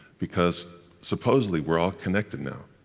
because supposedly, we're all connected now,